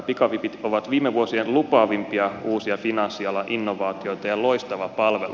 pikavipit ovat viime vuosien lupaavimpia uusia finanssialan innovaatioita ja loistava palvelu